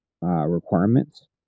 requirements